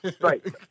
Right